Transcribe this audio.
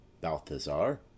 balthazar